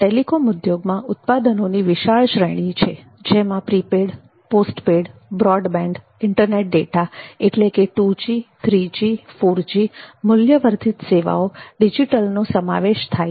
telecom ઉદ્યોગ માં ઉત્પાદનોને વિશાળ શ્રેણી છે જેમાં prepaid post paid broadband internet data એટલે કે ટુજી થ્રીજી ફોરજી મૂલ્યવર્ધિત સેવાઓ ડિજિટલ નો સમાવેશ થાય છે